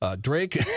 Drake